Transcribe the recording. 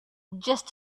just